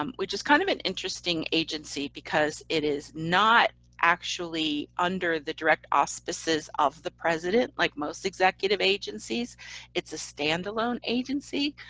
um which is kind of an interesting agency because it is not actually under the direct auspices of the president like most executive agencies it's a standalone agency.